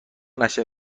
نشه